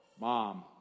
Mom